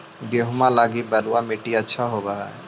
गेहुआ लगी बलुआ मिट्टियां अच्छा होव हैं?